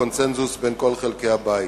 קונסנזוס בין כל חלקי הבית.